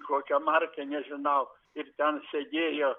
kokio markė nežinau ir ten sėdėjo